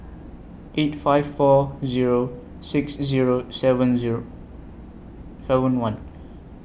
eight five four Zero six Zero seven Zero seven one